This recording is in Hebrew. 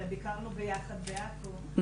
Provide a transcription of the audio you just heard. הרי ביקרנו ביחד בעכו,